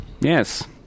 yes